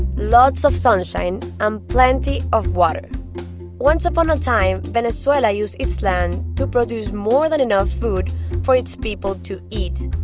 lots of sunshine and um plenty of water once upon a time, venezuela used its land to produce more than enough food for its people to eat.